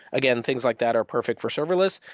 again, things like that are perfect for serverless.